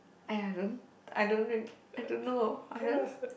!aiya! don't I don't really I don't know I don't